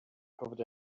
covered